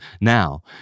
now